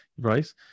right